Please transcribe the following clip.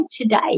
today